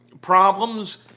problems